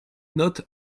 not